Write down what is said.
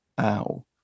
ow